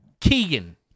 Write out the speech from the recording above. Keegan